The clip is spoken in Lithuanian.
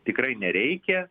tikrai nereikia